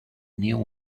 new